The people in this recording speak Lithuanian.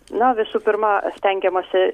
na visų pirma stengiamasi